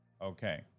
Okay